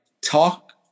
talk